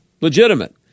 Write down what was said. legitimate